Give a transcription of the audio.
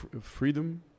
freedom